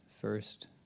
First